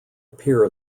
appear